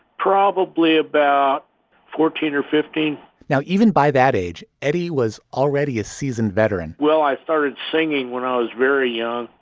probably about fourteen or fifteen now, even by that age, eddie was already a seasoned veteran well, i started singing when i was very young.